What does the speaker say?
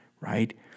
right